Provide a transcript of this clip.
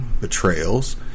betrayals